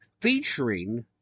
featuring